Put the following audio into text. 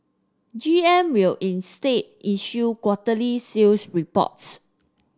G M will instead issue quarterly sales reports